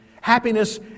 happiness